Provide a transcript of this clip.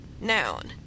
noun